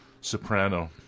soprano